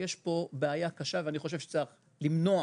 יש פה בעיה קשה ואני חושב שצריך למנוע